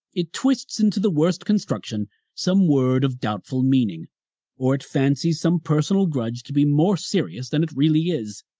it twists into the worst construction some word of doubtful meaning or it fancies some personal grudge to be more serious than it really is,